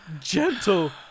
gentle